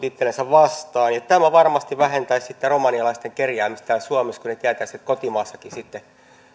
itsellensä vastaan tämä varmasti vähentäisi romanialaisten kerjäämistä täällä suomessa kun he tietäisivät että kotimaassakin sitten